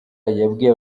yabwiye